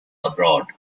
abroad